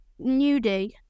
nudie